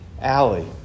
Alley